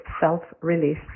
self-release